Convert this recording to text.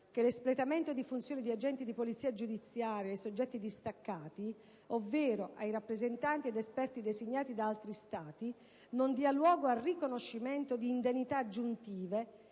che l'espletamento di funzioni di agenti di polizia giudiziaria ai soggetti distaccati, ovvero ai rappresentanti ed esperti designati da altri Stati, non dia luogo al riconoscimento di indennità aggiuntive